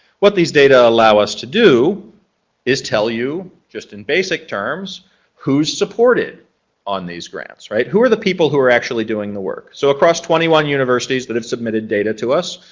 what these data allow us to do is tell you just in basic terms who's supported on these grants, right? who are the people who are actually doing the work. so across twenty one universities that have submitted data to us,